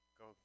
go